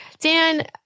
Dan